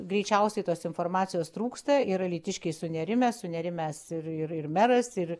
greičiausiai tos informacijos trūksta ir alytiškiai sunerimę sunerimęs ir ir ir meras ir